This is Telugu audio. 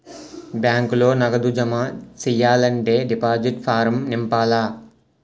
బ్యాంకులో నగదు జమ సెయ్యాలంటే డిపాజిట్ ఫారం నింపాల